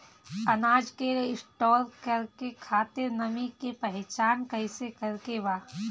अनाज के स्टोर करके खातिर नमी के पहचान कैसे करेके बा?